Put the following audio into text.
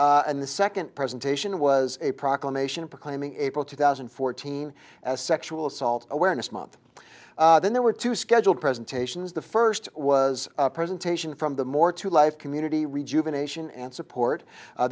and the second presentation was a proclamation proclaiming april two thousand and fourteen as sexual assault awareness month then there were two scheduled presentations the first was a presentation from the more to life community rejuvenating and support